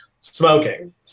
smoking